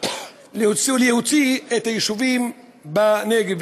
להוציא את היישובים בנגב,